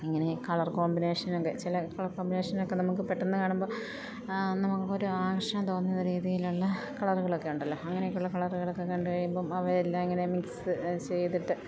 ഇങ്ങനെ കളർ കോമ്പിനേഷനൊക്കെ ചില കളർ കോമ്പിനേഷനൊക്കെ നമുക്ക് പെട്ടെന്ന് കാണുമ്പോൾ നമുക്ക് ഒരു ആകർഷണം തോന്നുന്ന രീതിയിലുള്ള കളറുകളൊക്കെ ഉണ്ടല്ലോ അങ്ങനെയൊക്കെയുള്ള കളറുകളൊക്കെ കണ്ടു കഴുമ്പോൾ അവ എല്ലാം ഇങ്ങനെ മിക്സ് ചെയ്തിട്ട്